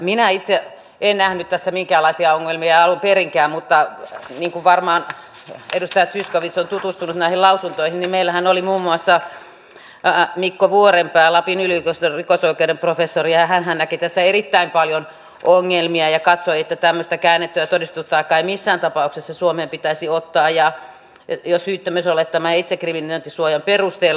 minä itse en nähnyt tässä minkäänlaisia ongelmia alun perinkään mutta niin kuin varmaan edustaja zyskowicz on tutustunut näihin lausuntoihin meillähän oli muun muassa mikko vuorenpää lapin yliopiston rikosoikeuden professori ja hänhän näki tässä erittäin paljon ongelmia ja katsoi että tämmöistä käännettyä todistustaakkaa ei missään tapauksessa suomeen pitäisi ottaa ja repijä siitä mitä olet jo syyttömyysolettaman ja itsekriminalisointisuojan perusteella